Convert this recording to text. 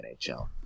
NHL